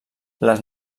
les